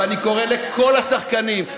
ואני קורא לכל השחקנים,